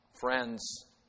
friends